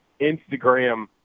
Instagram